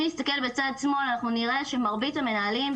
אם נסתכל בצד שמאל אנחנו נראה שמרבית המנהלים,